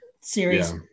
series